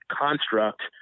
construct